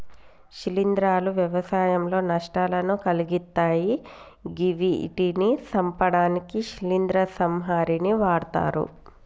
శిలీంద్రాలు వ్యవసాయంలో నష్టాలను కలిగిత్తయ్ గివ్విటిని సంపడానికి శిలీంద్ర సంహారిణిని వాడ్తరు